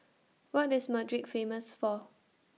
What IS Madrid Famous For